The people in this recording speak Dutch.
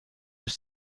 zijn